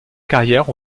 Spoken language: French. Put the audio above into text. carrière